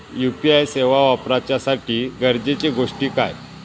UPI सेवा वापराच्यासाठी गरजेचे गोष्टी काय?